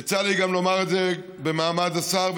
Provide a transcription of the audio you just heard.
יצא לי גם לומר את זה במעמד השר,